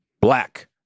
black